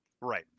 Right